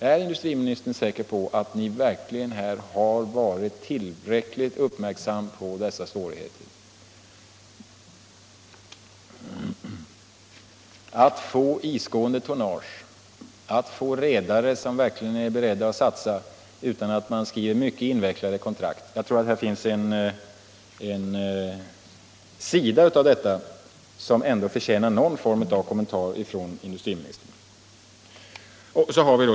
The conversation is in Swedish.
Är industriministern säker på att ni verkligen har varit tillräckligt uppmärksam på svårigheterna att få isgående tonage, att få redare som verkligen är beredda att satsa utan att man skriver mycket invecklade kontrakt? Jag tror att detta är en sida som ändå förtjänar någon form av kommentarer från industriministern.